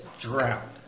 drowned